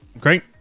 Great